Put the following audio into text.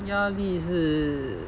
压力是